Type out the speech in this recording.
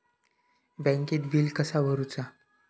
बँकेत बिल कसा भरुचा?